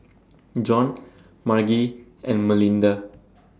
Jon Margie and Melinda